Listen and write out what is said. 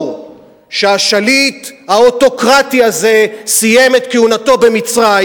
שהשליט האוטוקרטי הזה סיים את כהונתו במצרים,